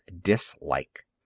dislike